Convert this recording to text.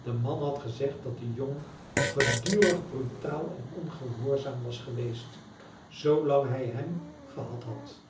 de man had gezegd dat de jongen gedurig brutaal en ongehoorzaam was geweest zoolang hij hem gehad